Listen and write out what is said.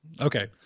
Okay